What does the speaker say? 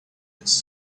its